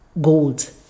gold